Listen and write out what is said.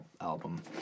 album